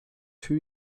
two